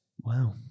Wow